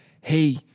hey